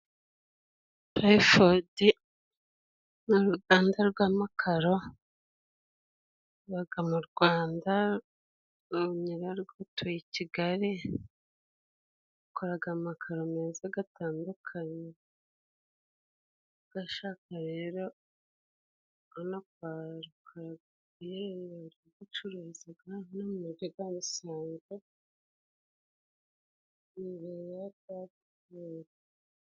Tuwayifodi ni ruganda rw'amakaro baga mu rwanda nyirarwo atuye i Kigali. Bakoraga amakaro meza gatandukanye gashaka rero rona kwa ru ubwocururizaga no mu biga bisan nibereya rwa